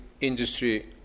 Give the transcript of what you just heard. industry